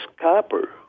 copper